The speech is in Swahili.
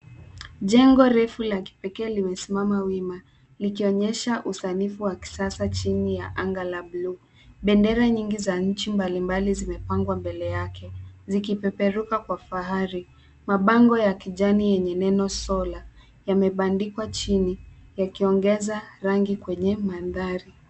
Jengo refu la kipekee limesimama wima likionyesha usanifu wa kisasa chini ya anga la buluu. Bendera nyingi za nchi mbalimbali zimepangwa mbele yake zikipeperuka kwa fahari. Mabango ya kijani yenye neno solar yamebandikwa chini yakiongeza rangi kwenye mandhari.